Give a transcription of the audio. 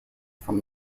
from